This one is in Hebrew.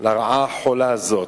"לרעה החולה הזאת,